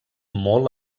molt